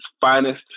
finest